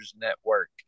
Network